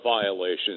violations